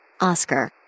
Oscar